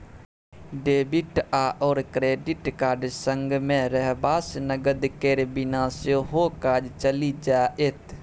debit आओर credit card संगमे रहबासँ नगद केर बिना सेहो काज चलि जाएत